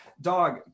dog